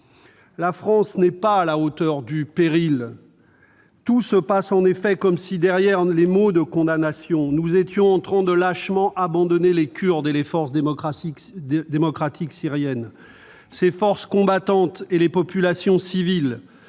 La France n'est pas à la hauteur du péril. Tout se passe en effet comme si, derrière les mots de condamnation, nous étions en train de lâchement abandonner les Kurdes et les forces démocratiques syriennes. Ces forces combattantes et les populations civiles